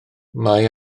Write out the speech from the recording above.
mae